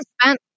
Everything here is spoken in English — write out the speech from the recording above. spent